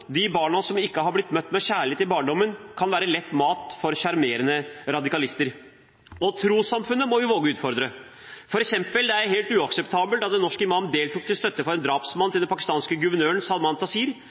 de barna som ikke har blitt møtt med kjærlighet i barndommen, kan lett bli «mat» for sjarmerende radikalister. Trossamfunnet må vi våge å utfordre. For eksempel er det helt uakseptabelt at en norsk imam deltok til støtte for